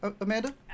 Amanda